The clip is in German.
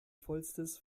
vollstes